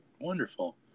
Wonderful